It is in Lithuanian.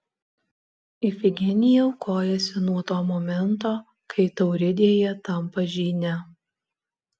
ifigenija aukojasi nuo to momento kai tauridėje tampa žyne